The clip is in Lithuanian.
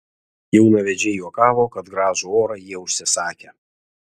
jaunavedžiai juokavo kad gražų orą jie užsisakę